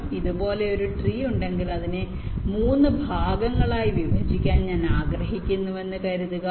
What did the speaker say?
അതിനാൽ ഇതുപോലുള്ള ഒരു ട്രീ ഉണ്ടെങ്കിൽ അതിനെ 3 ഭാഗങ്ങളായി വിഭജിക്കാൻ ഞാൻ ആഗ്രഹിക്കുന്നുവെന്ന് കരുതുക